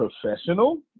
professional